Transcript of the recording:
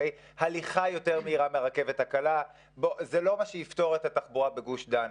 הליכה יותר מהירה מהרכבת הקלה וזה לא מה שיפתור את התחבורה בגוש דן.